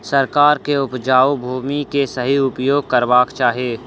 सरकार के उपजाऊ भूमि के सही उपयोग करवाक चाही